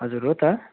हजुर हो त